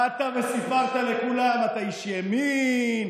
באת וסיפרת לכולם: אתה איש ימין,